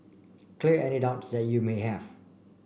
clear any doubts that you may have